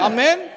Amen